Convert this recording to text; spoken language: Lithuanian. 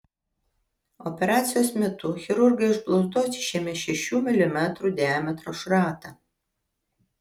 operacijos metu chirurgai iš blauzdos išėmė šešių milimetrų diametro šratą